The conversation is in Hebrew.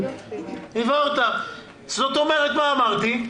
מה אמרתי?